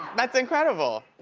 that's incredible.